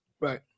right